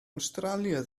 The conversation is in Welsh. awstralia